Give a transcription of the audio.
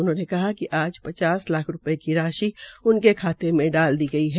उन्होंने कहा कि आज पचास लाख रूपय की राशि उनक खाते में डाल दी गई है